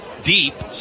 deep